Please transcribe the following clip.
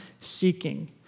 seeking